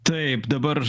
taip dabar